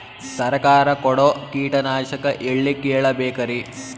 ಸರಕಾರ ಕೊಡೋ ಕೀಟನಾಶಕ ಎಳ್ಳಿ ಕೇಳ ಬೇಕರಿ?